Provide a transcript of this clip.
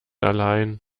allein